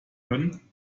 können